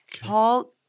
Paul